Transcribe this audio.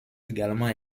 également